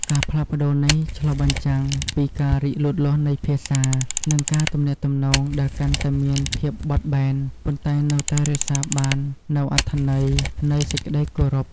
ការផ្លាស់ប្តូរនេះឆ្លុះបញ្ចាំងពីការរីកលូតលាស់នៃភាសា និងការទំនាក់ទំនងដែលកាន់តែមានភាពបត់បែន ប៉ុន្តែនៅតែរក្សាបាននូវអត្ថន័យនៃសេចក្ដីគោរព។